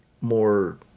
more